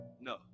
no